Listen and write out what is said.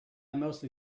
mostly